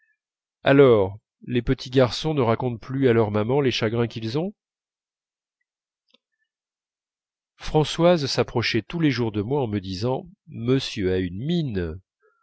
alors les petits garçons ne racontent plus à leur maman les chagrins qu'ils ont françoise s'approchait tous les jours de moi en me disant monsieur a une mine